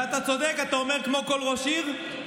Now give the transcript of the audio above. ואתה צודק, אתה אומר: כמו כל ראש עיר.